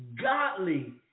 godly